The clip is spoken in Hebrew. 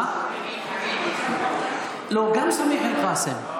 לא, גם סמיח אל-קאסם,